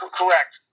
correct